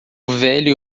velho